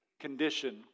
condition